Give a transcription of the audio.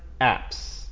apps